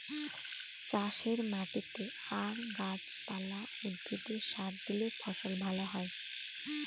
চাষের মাটিতে আর গাছ পালা, উদ্ভিদে সার দিলে ফসল ভালো হয়